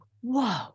whoa